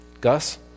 Gus